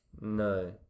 No